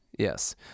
Yes